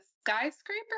skyscraper